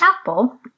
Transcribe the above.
Apple